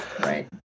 Right